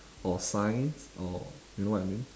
or science or you know what I mean